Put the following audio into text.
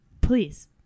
Please